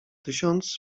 tysiąc